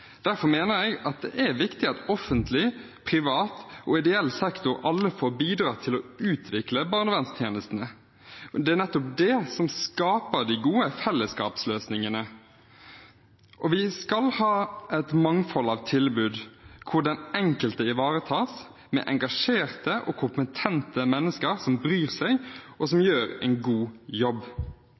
Derfor mener jeg det er viktig at alle – offentlig, privat og ideell sektor – får bidra til å utvikle barnevernstjenestene. Det er nettopp det som skaper de gode fellesskapsløsningene. Vi skal ha et mangfold av tilbud hvor den enkelte ivaretas, med engasjerte og kompetente mennesker som bryr seg, og som gjør en god jobb.